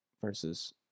versus